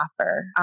offer